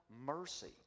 mercy